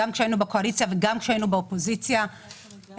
גם כשהיינו בקואליציה וגם כשהיינו באופוזיציה - החרגנו